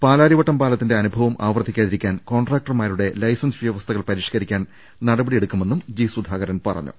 പാലാരി വട്ടം പാലത്തിന്റെ അനുഭവം ആവർത്തിക്കാതിരിക്കാൻ കോൺട്രാ ക്ടർമാരുടെ ലൈസൻസ് വൃവസ്ഥകൾ പരിഷ്കരിക്കാൻ നടപടിയെടുക്കു മെന്നും ജി സുധാകരൻ പറഞ്ഞു